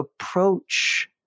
approach